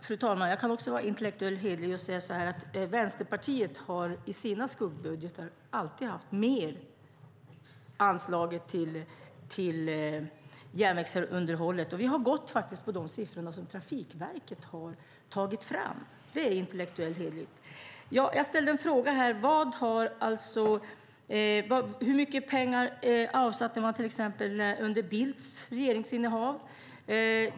Fru talman! Jag kan också vara intellektuellt hederlig och säga så här: Vänsterpartiet har i sina skuggbudgetar alltid haft mer anslaget till järnvägsunderhållet. Vi har faktiskt gått på de siffror som Trafikverket har tagit fram. Det är intellektuellt hederligt. Jag ställde en fråga: Hur mycket pengar avsatte man till exempel under Bildts regeringsinnehav?